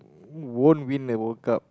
won't win the World Cup